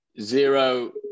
Zero